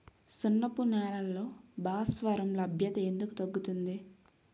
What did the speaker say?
సున్నపు నేలల్లో భాస్వరం లభ్యత ఎందుకు తగ్గుతుంది?